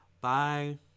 Bye